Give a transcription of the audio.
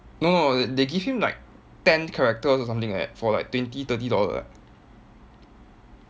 no no they they give him like ten characters or something like that for like twenty thirty dollar